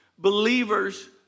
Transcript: Believers